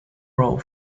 role